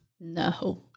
No